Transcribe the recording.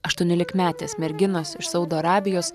aštuoniolikmetės merginos iš saudo arabijos